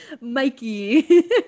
mikey